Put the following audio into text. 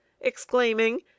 exclaiming